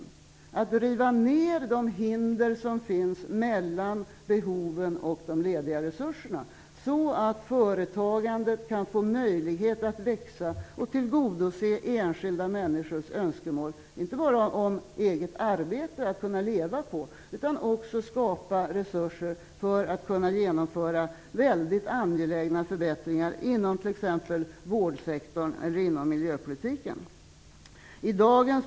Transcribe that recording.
Vi vill riva ned de hinder som finns mellan behoven och de lediga resurserna, så att företagandet kan få möjlighet att växa och inte bara tillgodose enskilda människors önskemål om ett eget arbete att kunna leva på, utan också skapa resurser för att kunna genomföra väldigt angelägna förbättringar inom t.ex. vårdsektorn eller miljöpolitiken.